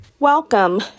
welcome